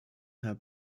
herr